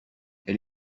elle